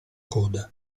coda